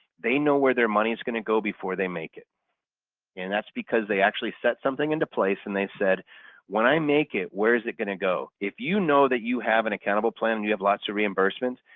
they know where their money is going to go before they make it and that's because they actually set something into place and they said when i make it, where is it going to go? if you know that you have an accountable plan and you have lots of reimbursements,